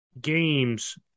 games